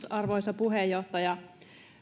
arvoisa puheenjohtaja